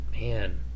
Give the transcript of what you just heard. man